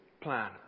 plan